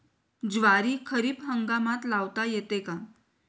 ज्वारी खरीप हंगामात लावता येते का?